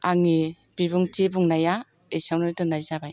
आंनि बिबुंथि बुंनाया एसेयावनो दोननाय जाबाय